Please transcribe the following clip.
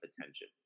attention